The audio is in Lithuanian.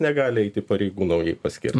negali eiti pareigų naujai paskirtų